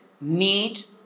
need